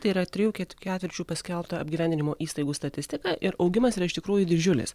tai yra trijų ketvirčių paskelbta apgyvendinimo įstaigų statistika ir augimas yra iš tikrųjų didžiulis